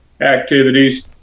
activities